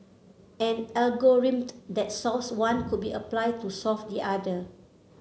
an algorithm that solves one could be applied to solve the other